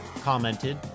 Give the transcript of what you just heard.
commented